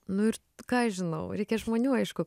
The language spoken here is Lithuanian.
nu ir ką aš žinau reikia žmonių aišku